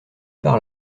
par